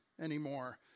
anymore